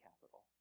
capital